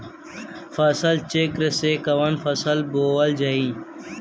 फसल चेकं से कवन फसल बोवल जाई?